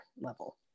level